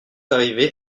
arriver